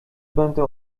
będę